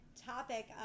topic